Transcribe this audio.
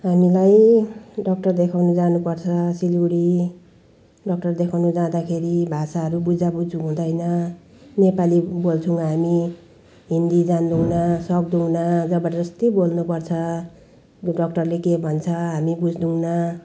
हामीलाई डक्टर देखाउनु जानुपर्छ सिलगढी डक्टर देखाउनु जाँदाखेरि भाषाहरू बुझाबुझ हुँदैन नेपाली बोल्छौँ हामी हिन्दी जान्दैनौँ सक्दैनौँ जबरजस्ती बोल्नुपर्छ अब डक्टरले के भन्छ हामी बुझ्दैनौँ